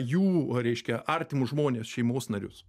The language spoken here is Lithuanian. jų a reiškia artimus žmones šeimos narius